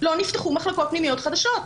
לא נפתחו מחלקות פנימיות חדשות,